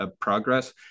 progress